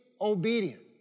obedient